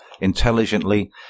intelligently